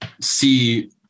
see